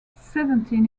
seventeen